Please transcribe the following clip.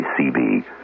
CB